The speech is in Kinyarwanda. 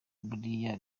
biriya